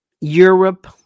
Europe